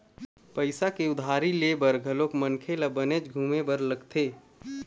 पइसा के उधारी ले बर घलोक मनखे ल बनेच घुमे बर लगथे